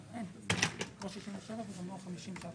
הבקשה היא